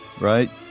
Right